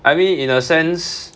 I mean in a sense